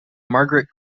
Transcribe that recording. margaret